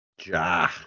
Ja